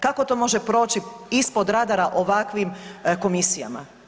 Kako to može proći ispod radara ovakvim komisijama?